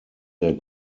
der